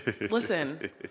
Listen